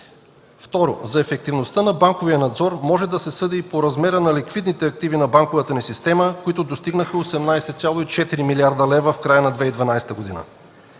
Второ, за ефективността на банковия надзор може да се съди и по размера на ликвидните активи на банковата ни система, които достигнаха 18,4 млрд. лв. в края на 2012 г.